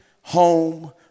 home